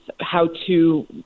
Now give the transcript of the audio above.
how-to